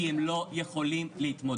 כי הם לא יכולים להתמודד,